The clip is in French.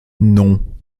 non